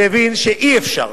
הוא הבין שאי-אפשר,